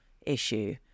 issue